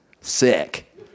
Sick